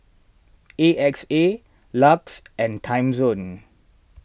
A X A Lux and Timezone